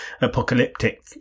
apocalyptic